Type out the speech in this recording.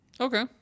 Okay